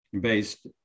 based